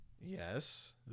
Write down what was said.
Yes